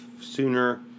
sooner